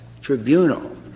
tribunal